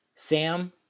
Sam